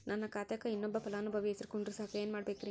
ನನ್ನ ಖಾತೆಕ್ ಇನ್ನೊಬ್ಬ ಫಲಾನುಭವಿ ಹೆಸರು ಕುಂಡರಸಾಕ ಏನ್ ಮಾಡ್ಬೇಕ್ರಿ?